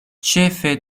ĉefe